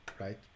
right